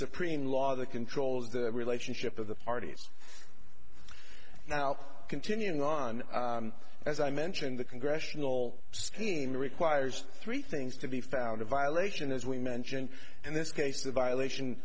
supreme law that controls the relationship of the parties now continuing on as i mentioned the congressional scheme requires three things to be found a violation as we mentioned in this case the violation